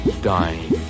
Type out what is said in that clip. dying